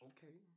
Okay